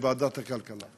לוועדת הכלכלה.